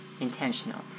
intentional